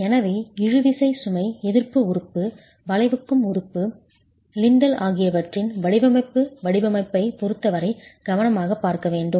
எனவே இழுவிசை சுமை எதிர்ப்பு உறுப்பு வளைக்கும் உறுப்பு லிண்டல் ஆகியவற்றின் வடிவமைப்பு வடிவமைப்பைப் பொருத்தவரை கவனமாகப் பார்க்க வேண்டும்